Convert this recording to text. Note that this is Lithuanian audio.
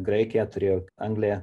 graikiją turėjau angliją